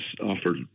offered